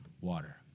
water